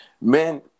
Men